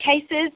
cases